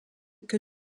que